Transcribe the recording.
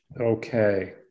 Okay